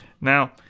Now